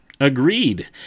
agreed